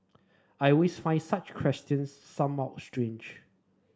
I with find such questions some out strange